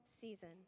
season